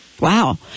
Wow